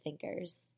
thinkers